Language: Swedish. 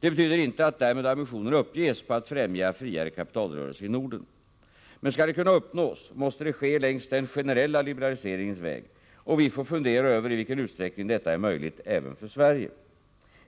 Det betyder inte att ambitionerna därmed uppges på att främja friare kapitalrörelser i Norden. Men skall detta kunna uppnås måste det ske längs den generella liberaliseringens väg, och vi får fundera över i vilken utsträckning detta är möjligt även för Sverige.